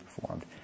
performed